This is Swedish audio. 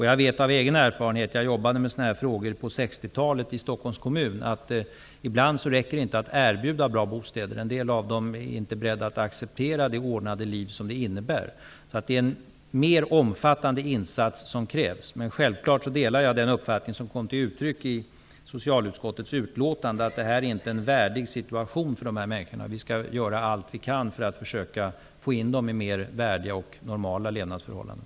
Jag jobbade själv med sådana här frågor i Stockholms kommun på 60-talet, så jag vet av egen erfarenhet att det ibland inte räcker med att erbjuda bra bostäder. En del av dessa människor är inte beredda att acceptera det ordnade liv som det innebär att ha en egen bostad. Det krävs alltså mer omfattande insatser. Självfallet delar jag ändå den uppfattning som kommer till uttryck i socialutskottets utlåtande, att det här inte är en värdig situation för de här människorna. Vi skall göra allt vi kan för att försöka få in dem i mer värdiga och normala levnadsförhållanden.